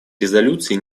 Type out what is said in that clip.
резолюции